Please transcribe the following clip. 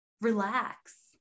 relax